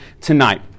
tonight